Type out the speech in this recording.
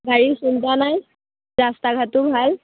গাড়ীৰ চিন্তা নাই ৰাস্তা ঘাটো ভাল